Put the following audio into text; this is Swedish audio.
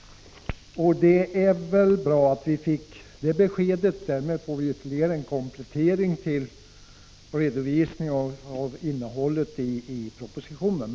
Det är bra att vi fick det beskedet. Det är en ytterligare komplettering till redovisningen av innehållet i propositionen.